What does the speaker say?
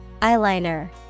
Eyeliner